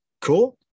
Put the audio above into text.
Cool